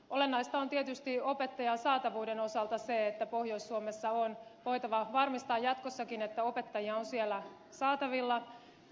olennaista on tietysti opettajan saatavuuden osalta se että pohjois suomessa on voitava varmistaa jatkossakin että opettajia on siellä saatavilla